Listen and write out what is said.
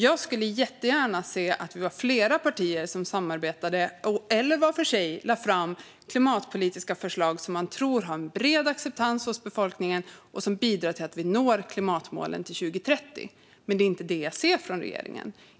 Jag skulle jättegärna se att vi var flera partier som samarbetade eller var för sig lade fram klimatpolitiska förslag som man tror har en bred acceptans hos befolkningen och som bidrar till att vi når klimatmålen till 2030. Jag ser dock inte detta från regeringen.